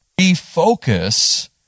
refocus